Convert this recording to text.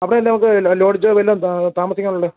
അവിടെ വല്ലതും നമുക്ക് ലോഡ്ജോ വല്ലതും താമസിക്കാനുള്ളത്